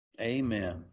Amen